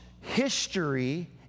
history